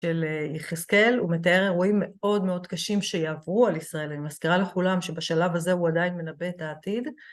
של יחזקאל, הוא מתאר אירועים מאוד מאוד קשים שיעברו על ישראל. אני מזכירה לכולם שבשלב הזה הוא עדיין מנבא את העתיד.